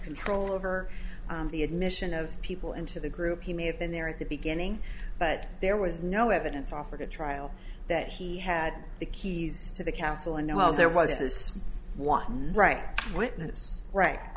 control over the admission of people into the group he may have been there at the beginning but there was no evidence offered a trial that he had the keys to the castle i know there was this one right